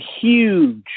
huge